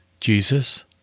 Jesus